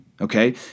Okay